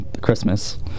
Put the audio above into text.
Christmas